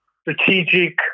strategic